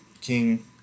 king